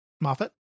Moffat